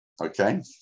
okay